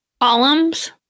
Columns